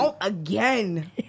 again